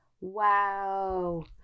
Wow